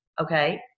okay